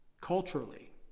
culturally